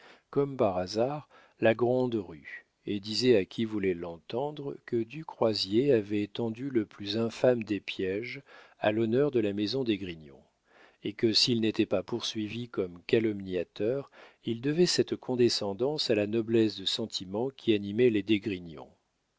comme par hasard la grande-rue et disait à qui voulait l'entendre que du croisier avait tendu le plus infâme des piéges à l'honneur de la maison d'esgrignon et que s'il n'était pas poursuivi comme calomniateur il devait cette condescendance à la noblesse de sentiment qui animait les